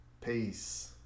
Peace